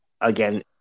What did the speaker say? again